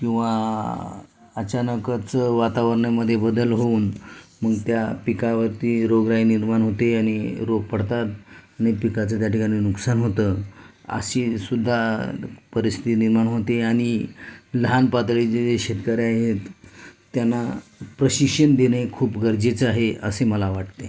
किंवा अचानकच वातावरणामध्ये बदल होऊन मग त्या पिकावरती रोगराई निर्माण होते आणि रोग पडतात आणि पिकाचं त्या ठिकाणी नुकसान होतं अशी सुद्धा परिस्थिती निर्माण होते आणि लहानपातळीचे जे शेतकऱ्या आहेत त्यांना प्रशिक्षण देणे खूप गरजेचं आहे असे मला वाटते